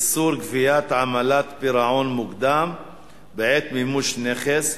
(איסור גביית עמלת פירעון מוקדם בעת מימוש נכס),